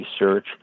research